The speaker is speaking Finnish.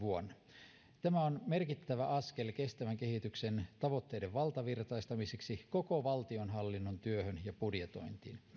vuonna tämä on merkittävä askel kestävän kehityksen tavoitteiden valtavirtaistamiseksi koko valtionhallinnon työhön ja budjetointiin